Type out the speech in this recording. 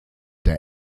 der